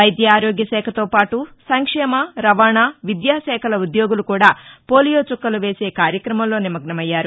వైద్య ఆరోగ్య శాఖతో పాటు సంక్షేమ రవాణా విద్యాశాఖల ఉద్యోగులు కూడా పోలియో చుక్కలు వేసే కార్యక్రమంలో నిమగ్నమయ్యారు